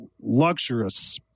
luxurious